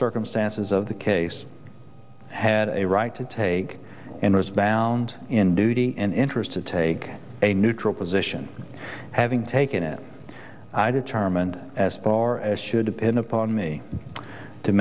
circumstances of the case had a right to take and was bound in duty and interest to take a neutral position having taken it i determined as far as should have been upon me to